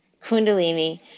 Kundalini